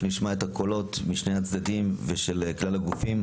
נשמע את הקולות משני הצדדים ואת כלל הגופים.